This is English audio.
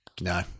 no